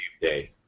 day